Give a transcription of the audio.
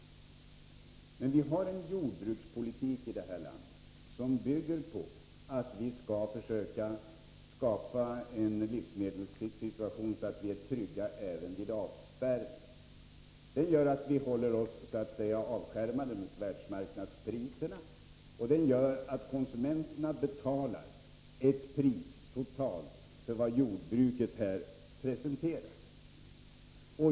Vi har i detta land en jordbrukspolitik som bygger på principen att försöka skapa en livsmedelssituation som gör att vi är trygga i försörjningshänseende även vid avspärrning. Det betyder att vi håller oss avskärmade mot världsmarknadspriserna och att konsumenterna betalar det totala priset för vad jordbruket producerar.